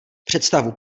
představu